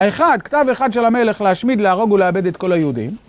אחד, כתב אחד של המלך להשמיד, להרוג ולאבד את כל היהודים.